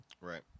Right